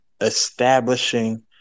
establishing